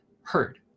heard